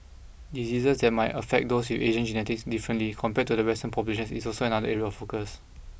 diseases that might affect those with Asian genetics differently compared to western populations is also another area of focus